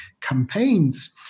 campaigns